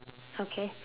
okay